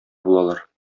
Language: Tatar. булалар